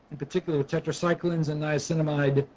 particularly tetracyclines and niacinamide.